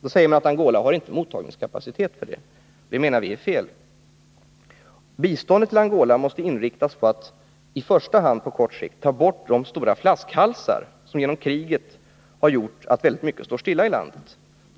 Nu säger man att Angola inte har mottagningskapacitet för detta. Det menar vi är fel. Biståndet till Angola måste i första hand inriktas på att på kort sikt ta bort de besvärliga flaskhalsar som uppkommit genom kriget och som medfört att väldigt mycket står stilla i landet.